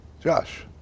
Josh